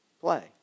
play